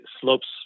slopes